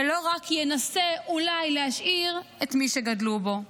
ולא רק ינסה, אולי, להשאיר את מי שגדלו בו.